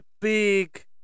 Big